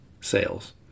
sales